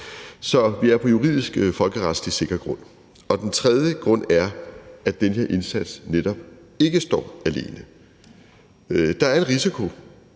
Så vi er på juridisk, folkeretsligt sikker grund. Den tredje grund er, at den her indsats netop ikke står alene. Der er en risiko